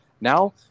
Now